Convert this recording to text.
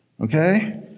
Okay